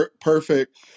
perfect